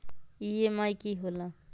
EMI की होला?